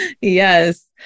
yes